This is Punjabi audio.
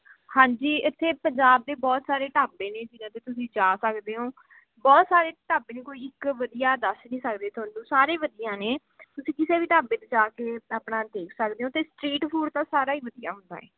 ਹਾਂਜੀ ਇੱਥੇ ਪੰਜਾਬ ਦੇ ਬਹੁਤ ਸਾਰੇ ਢਾਬੇ ਨੇ ਜਿਨ੍ਹਾਂ 'ਤੇ ਤੁਸੀਂ ਜਾ ਸਕਦੇ ਹੋ ਬਹੁਤ ਸਾਰੇ ਢਾਬੇ ਨੇ ਕੋਈ ਇੱਕ ਵਧੀਆ ਦੱਸ ਨਹੀਂ ਸਕਦੇ ਤੁਹਾਨੂੰ ਸਾਰੇ ਵਧੀਆ ਨੇ ਤੁਸੀਂ ਕਿਸੇ ਵੀ ਢਾਬੇ 'ਤੇ ਜਾ ਕੇ ਆਪਣਾ ਦੇਖ ਸਕਦੇ ਹੋ ਅਤੇ ਸਟਰੀਟ ਫੂਡ ਤਾਂ ਸਾਰਾ ਹੀ ਵਧੀਆ ਹੁੰਦਾ ਹੈ